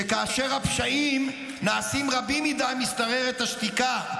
שכאשר הפשעים נעשים רבים מדי, משתררת השתיקה.